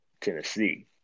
tennessee